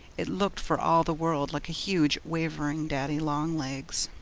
it looked, for all the world, like a huge, wavering daddy-long-legs.